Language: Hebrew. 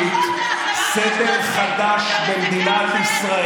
התקנות והחוקים הללו נועדו להשליט סדר חדש במדינת ישראל,